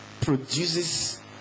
produces